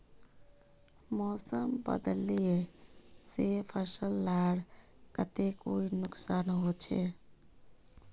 मौसम बदलिले से फसल लार केते कोई नुकसान होचए?